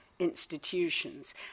institutions